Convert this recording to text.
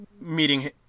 meeting